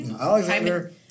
Alexander